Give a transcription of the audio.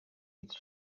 its